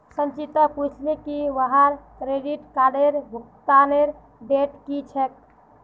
संचिता पूछले की वहार क्रेडिट कार्डेर भुगतानेर डेट की छेक